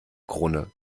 krone